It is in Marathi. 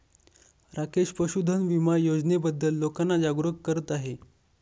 राकेश पशुधन विमा योजनेबद्दल लोकांना जागरूक करत आहे